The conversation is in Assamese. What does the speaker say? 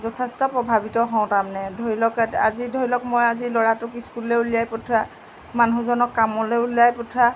যথেষ্ট প্ৰভাৱিত হওঁ তাৰমানে ধৰি লওক আজি ধৰি লওক মই আজি ল'ৰাটোক স্কুললৈ উলিয়াই পঠিওৱা মানুহজনক কামলৈ উলিলাই পঠিওৱা